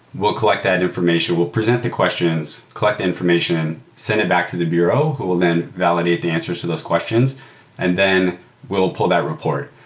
we'll collect that information. we'll present the questions, collect information, send it back to the bureau who will then validate the answers to those questions and then we'll pull that report.